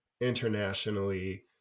internationally